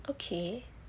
okay